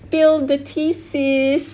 spill the tea sis